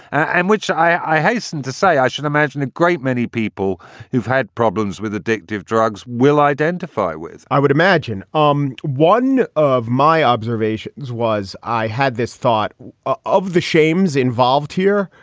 and which i hasten to say i should imagine a great many people who've had problems with addictive drugs will identify with i would imagine um one of my observations was i had this thought ah of the shames involved here,